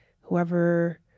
whoever